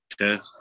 okay